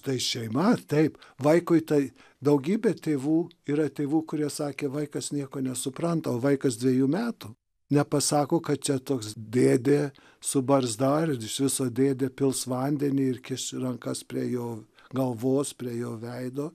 tai šeima taip vaikui tai daugybė tėvų yra tėvų kurie sakė vaikas nieko nesupranta o vaikas dvejų metų nepasako kad čia toks dėdė su barzda ir iš viso dėdė pils vandenį ir kiš rankas prie jo galvos prie jo veido